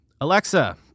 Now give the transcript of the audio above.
Alexa